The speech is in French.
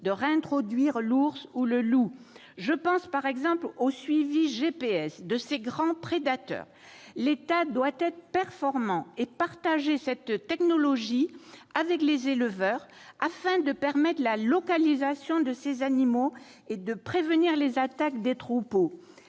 de réintroduire l'ours ou le loup. Je pense par exemple au suivi de ces grands prédateurs par GPS. L'État doit être performant et partager cette technologie avec les éleveurs afin de permettre la localisation de ces animaux et de prévenir les attaques des troupeaux.